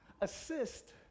assist